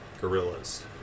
gorillas